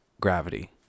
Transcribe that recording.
gravity